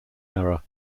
error